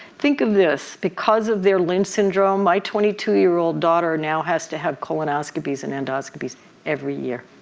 think of this, because of their lynch syndrome my twenty two year old daughter now has to have colonoscopies and endoscopies every year.